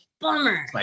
bummer